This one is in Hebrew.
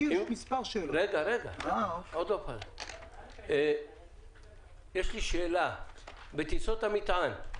בטיסות המטען,